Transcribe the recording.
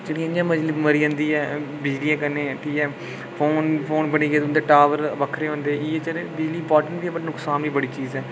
चिड़ी इ'यां मरी जन्दी ऐ बिजलियै कन्नै ठीक ऐ फ़ोन बनी गै होन्दे टॉवर बक्खरे होंदे बिजली इम्पार्टेन्ट बी ऐ पर नुकसान बी बड़ी चीज ऐ